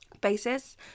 basis